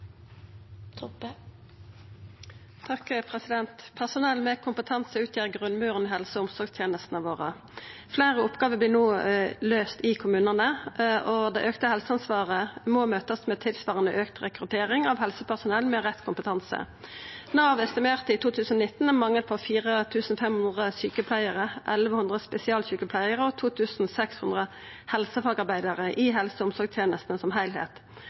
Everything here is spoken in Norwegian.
Personell med kompetanse utgjer grunnmuren i helse- og omsorgstenestene våre. Fleire oppgåver vert no løyste i kommunane, og det auka helseansvaret må møtast med tilsvarande auka rekruttering av helsepersonell med rett kompetanse. Nav estimerte i 2019 ein mangel på 4 500 sjukepleiarar, 1 100 spesialsjukepleiarar og 2 600 helsefagarbeidarar i helse- og omsorgstenestene som